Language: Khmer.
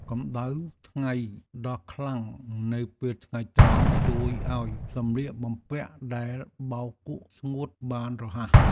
កម្តៅថ្ងៃដ៏ខ្លាំងនៅពេលថ្ងៃត្រង់ ជួយឱ្យសម្លៀកបំពាក់ដែលបោកគក់ស្ងួតបានរហ័ស។